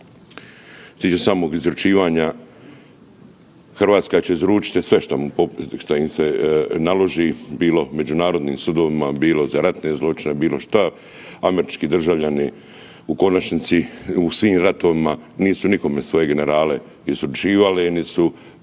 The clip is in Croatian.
tiče samog izručivanja Hrvatska će izručiti sve što im se naloži, bilo međunarodnim sudovima, bilo za ratne zločine, bilo šta, američki državljani u konačnici u svim ratovima nisu nikome svoje generale izručivali niti